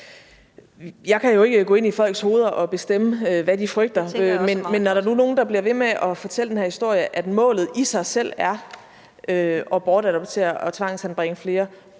Jeg kan jo ikke gå ind i folks hoveder og bestemme, hvad de frygter, men når der nu er nogle, der bliver ved med at fortælle den her historie, at målet i sig selv er at bortadoptere og tvangsanbringe flere